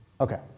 Okay